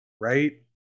right